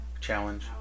Challenge